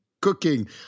cooking